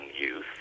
youth